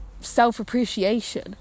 self-appreciation